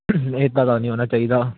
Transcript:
ਇੱਦਾਂ ਤਾਂ ਨਹੀਂ ਹੋਣਾ ਚਾਹੀਦਾ